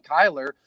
Kyler